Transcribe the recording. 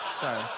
Sorry